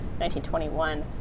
1921